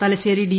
Thalassery D